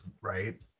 right